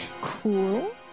Cool